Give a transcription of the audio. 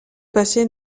passé